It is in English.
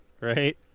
right